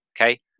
Okay